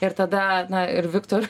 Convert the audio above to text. ir tada na ir viktorui